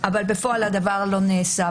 אך בפועל הדבר לא נעשה.